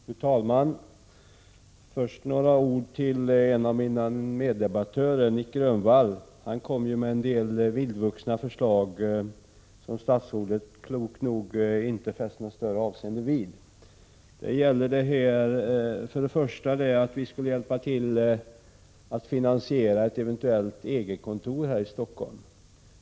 Fru talman! Först några ord till en av mina meddebattörer, Nic Grönvall. Han kom med en del vildvuxna förslag, som statsrådet klokt nog inte fäste något större avseende vid. Nic Grönvall föreslog att vi skulle hjälpa till att finansiera ett eventuellt EG-kontor här i Stockholm.